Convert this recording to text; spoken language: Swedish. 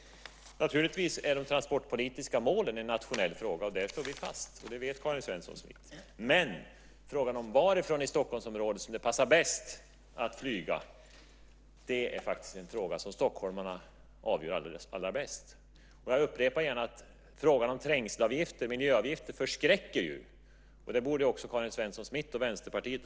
De tranportpolitiska målen är naturligtvis en nationell fråga. Där står vi fast. Det vet Karin Svensson Smith. Men frågan om varifrån i Stockholmsområdet som det passar bäst att flyga är en fråga som stockholmarna avgör allra bäst. Jag upprepar gärna att frågan om trängselavgifter, miljöavgifter, förskräcker. Det borde också Karin Svensson Smith dra någon lärdom av.